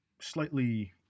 slightly